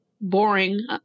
boring